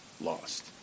lost